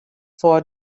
four